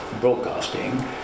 broadcasting